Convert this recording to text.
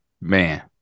Man